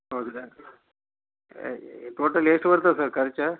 ಹೌದಾ ಟೋಟಲಿ ಎಷ್ಟು ಬರ್ತದೆ ಸರ್ ಖರ್ಚು